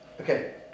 Okay